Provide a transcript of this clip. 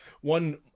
one